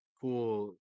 cool